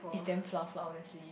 is damn flaw honestly